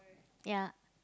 ya